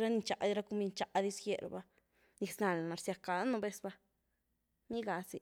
ra ni nxa dis ra comid nxá’dis gyé raba, niz land na rziak gany nú vez va, nii gá zy.